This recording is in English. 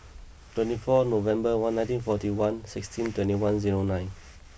twenty four November one ninety forty one sixteen twenty one zero nine